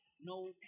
no